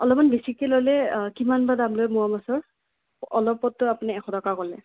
অলপমান বেছিকৈ ল'লে কিমান বা দাম লয় মোৱা মাছৰ অলপতে আপুনি এশ টকা ক'লে